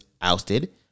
ousted